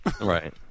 Right